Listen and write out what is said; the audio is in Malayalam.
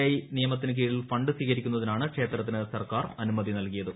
എ നിയമത്തിന് കീഴിൽ ഫണ്ട് സ്വീകരിക്കുന്നതിനാണ് ക്ഷേത്രത്തിന് സർക്കാർ അനുമതി നൽകിയത്